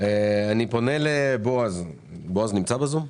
אני פונה לבועז בזום.